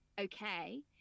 okay